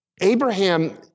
Abraham